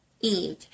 Eve